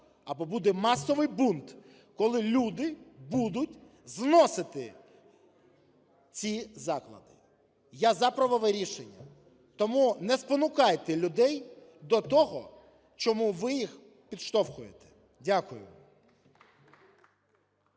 або буде масовий бунт, коли люди будуть зносити ці заклади. Я – за правове рішення. Тому не спонукайте людей до того, чому ви їх підштовхуєте. Дякую.